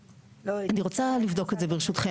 אני רוצה לבדוק את זה, ברשותכם.